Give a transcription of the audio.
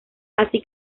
así